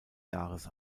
jahres